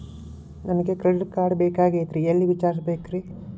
ನನಗೆ credit card ಬೇಕಾಗಿತ್ರಿ ಎಲ್ಲಿ ವಿಚಾರಿಸಬೇಕ್ರಿ?